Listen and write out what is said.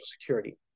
security